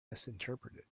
misinterpreted